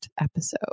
episode